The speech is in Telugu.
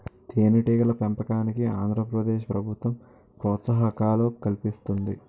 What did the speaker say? తేనెటీగల పెంపకానికి ఆంధ్ర ప్రదేశ్ ప్రభుత్వం ప్రోత్సాహకాలు కల్పిస్తుంది